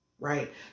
right